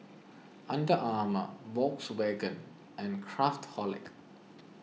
Under Armour Volkswagen and Craftholic